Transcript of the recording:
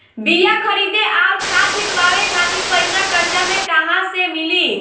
बीया खरीदे आउर खाद छिटवावे खातिर पईसा कर्जा मे कहाँसे मिली?